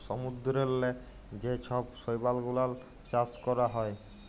সমুদ্দূরেল্লে যে ছব শৈবাল গুলাল চাষ ক্যরা হ্যয়